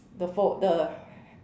the fault the